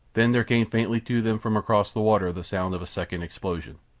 then there came faintly to them from across the water the sound of a second explosion.